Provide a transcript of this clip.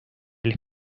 les